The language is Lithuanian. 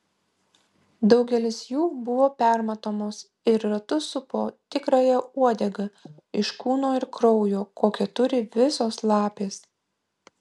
daugelis jų buvo permatomos ir ratu supo tikrąją uodegą iš kūno ir kraujo kokią turi visos lapės